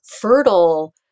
fertile